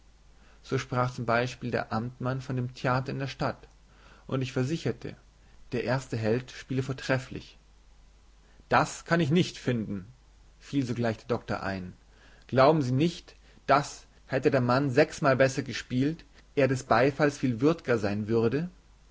so sprach z b der amtmann von dem theater in der stadt und ich versicherte der erste held spiele vortrefflich das kann ich nicht finden fiel sogleich der doktor ein glauben sie nicht daß hätte der mann sechsmal besser gespielt er des beifalls viel würd'ger sein würde